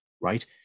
right